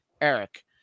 Eric